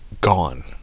gone